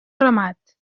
ramat